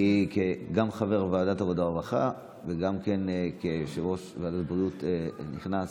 גם כחבר ועדת העבודה והרווחה וגם כיושב-ראש ועדת הבריאות הנכנס,